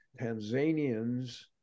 Tanzanians